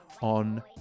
on